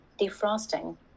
defrosting